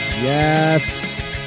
Yes